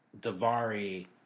Davari